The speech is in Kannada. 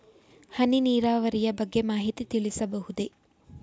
ಹನಿ ನೀರಾವರಿಯ ಬಗ್ಗೆ ಮಾಹಿತಿ ತಿಳಿಸಬಹುದೇ?